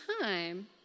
time